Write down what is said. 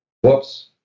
whoops